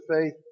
faith